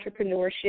entrepreneurship